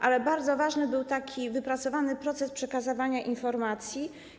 Ale bardzo ważny był taki wypracowany proces przekazywania informacji.